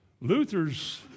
Luther's